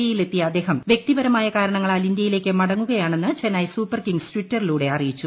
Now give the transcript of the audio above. E യിൽ എത്തിയ അദ്ദേഹം വൃക്തിപരമായ കാരണങ്ങളാൽ ഇന്തൃയിലേക്ക് മടങ്ങുകയാണെന്ന് ചെന്നൈ സൂപ്പർ കിംഗ്സ് ട്വിറ്ററിലൂടെ അറിയിച്ചു